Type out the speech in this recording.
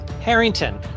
Harrington